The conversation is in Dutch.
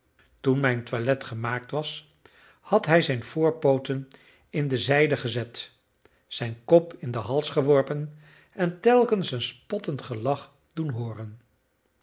toen mijn toilet gemaakt was had hij zijn voorpooten in de zijde gezet zijn kop in den hals geworpen en telkens een spottend gelach doen hooren